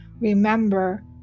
remember